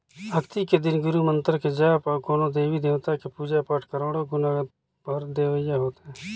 अक्ती के दिन गुरू मंतर के जाप अउ कोनो देवी देवता के पुजा पाठ करोड़ो गुना फर देवइया होथे